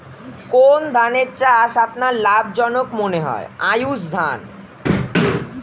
কোন ধানের চাষ আপনার লাভজনক মনে হয়?